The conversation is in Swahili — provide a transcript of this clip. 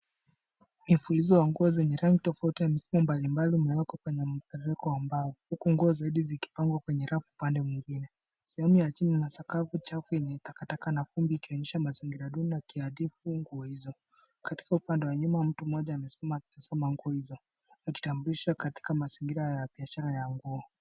Ni fulizo wa nguo zenye rangi tofauti na aina mbalimbali imewekwa kwenye mbao huku nguo zingine zikipangwa kwenye rafu upande mwingine. Sehemu ya chini ina sakafu chafu yenye takataka na vumbi ikionyesha mazingira duni na kiadifu nguo hizo. Katika upande wa nyuma mtu mmoja amesimama kwenye nguo hizo akitambulisha katika mazingira ya biashara ya nguo.